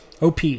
OP